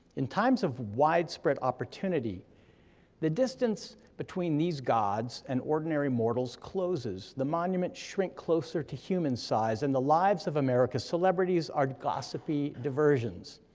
in times of widespread opportunity the distance between these gods and ordinary mortals closes the monuments shrink closer to human size, and the lives of america, celebrities are gossipy diversions.